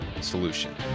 solution